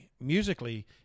Musically